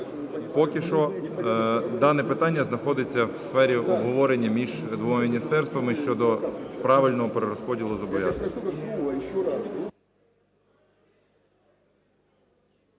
Поки що дане питання знаходиться в сфері обговорення між двома міністерствами щодо правильного перерозподілу зобов'язань.